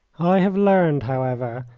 i have learned, however,